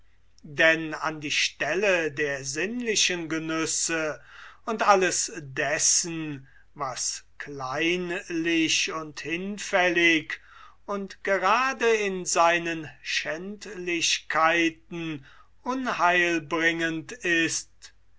denn an die stelle der sinnlichen genüsse und alles dessen was kleinlich und hinfällig und gerade in seinen schändlichkeiten unheilbringend ist